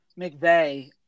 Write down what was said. McVeigh